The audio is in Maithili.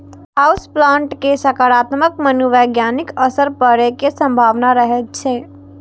हाउस प्लांट के सकारात्मक मनोवैज्ञानिक असर पड़ै के संभावना रहै छै